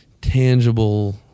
tangible